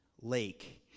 lake